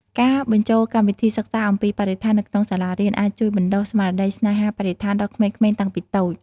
ការបញ្ចូលកម្មវិធីសិក្សាអំពីបរិស្ថាននៅក្នុងសាលារៀន អាចជួយបណ្តុះស្មារតីស្នេហាបរិស្ថានដល់ក្មេងៗតាំងពីតូច។